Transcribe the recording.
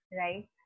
right